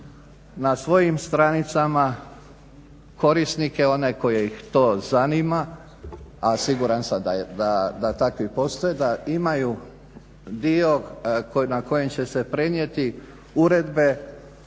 na svojim stranicama korisnike one koje to zanima, a siguran sam da takvi postoje da imaju dio na kojem će se prenijeti uredbe